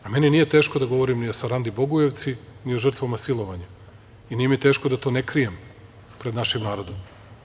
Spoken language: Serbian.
Meni nije teško da govorim ni o Sarandi Bogujevci, ni o žrtvama silovanja i nije mi teško da to ne krijem pred našim narodom.